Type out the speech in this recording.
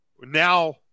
now